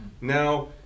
Now